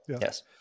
yes